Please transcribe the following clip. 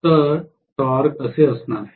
तर टॉर्क असे असणार आहे